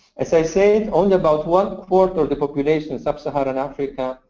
as i say, only about one quarter of the population in sub saharan africa,